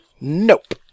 nope